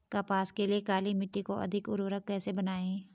कपास के लिए काली मिट्टी को अधिक उर्वरक कैसे बनायें?